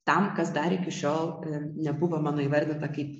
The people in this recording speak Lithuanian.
tam kas dar iki šiol nebuvo mano įvardyta kaip